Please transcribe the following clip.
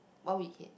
what we eat